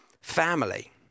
family